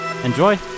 Enjoy